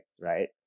right